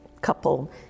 couple